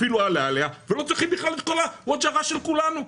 לא צריכים בכלל את כל הווג'ערס של כולנו,